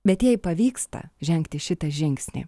bet jei pavyksta žengti šitą žingsnį